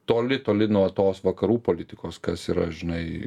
toli toli nuo tos vakarų politikos kas yra žinai